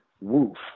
Woof